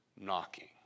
knocking